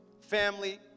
family